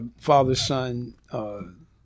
father-son